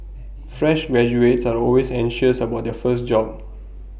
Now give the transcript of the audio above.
fresh graduates are always anxious about their first job